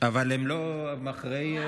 אבל הם לא, הם אחרי,